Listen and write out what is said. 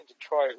Detroit